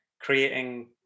creating